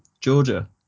Georgia